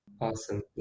Awesome